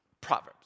Proverbs